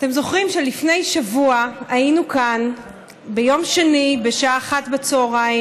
אתם זוכרים שלפני שבוע היינו כאן ביום שני בשעה 13:00,